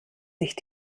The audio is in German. sich